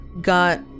got